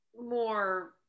more